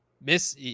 miss